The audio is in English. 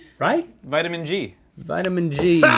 right? vitamin g. vitamin g.